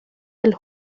del